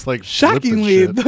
shockingly